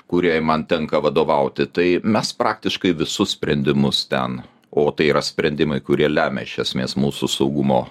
kuriai man tenka vadovauti tai mes praktiškai visus sprendimus ten o tai yra sprendimai kurie lemia iš esmės mūsų saugumo